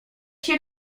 się